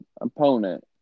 opponent